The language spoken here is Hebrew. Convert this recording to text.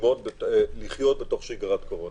ללמוד לחיות בתוך שגרת קורונה,